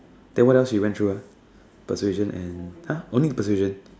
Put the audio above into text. then what else he went through ah persuasion and !huh! only persuasion